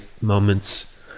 moments